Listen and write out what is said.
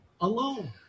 alone